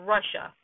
Russia